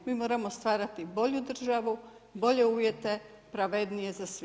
Mi moramo stvarati bolju državu, bolje uvjete, pravednije za sve.